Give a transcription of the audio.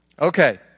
Okay